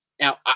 Now